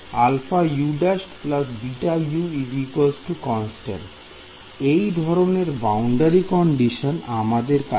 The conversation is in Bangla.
αU′ βU constant এই ধরনের বাউন্ডারি কন্ডিশন আমাদের আছে